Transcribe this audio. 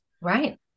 Right